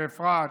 באפרת,